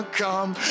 come